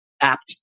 apt